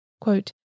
quote